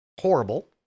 horrible